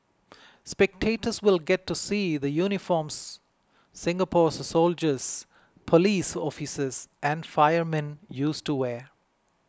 spectators will get to see the uniforms Singapore's soldiers police officers and firemen used to wear